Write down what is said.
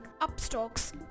upstocks